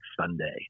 Sunday